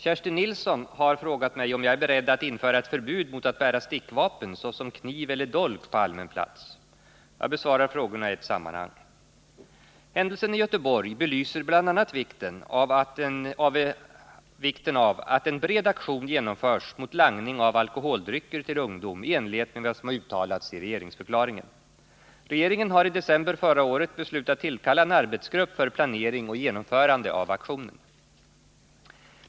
Kerstin Nilsson har frågat mig om jag är beredd att införa ett förbud mot att bära stickvapen, såsom kniv eller dolk, på allmän plats. Jag besvarar frågorna i ett sammanhang. Händelsen i Göteborg belyser bl.a. vikten av att en bred aktion genomförs mot langning av alkoholdrycker till ungdom i enlighet med vad som har uttalats i regeringsförklaringen. Regeringen har i december förra året beslutat tillkalla en arbetsgrupp för planering och genomförande av aktionen.